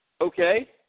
Okay